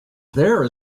there